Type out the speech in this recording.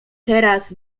teraz